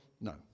No